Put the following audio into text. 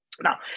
Now